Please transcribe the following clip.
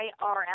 IRL